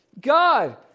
God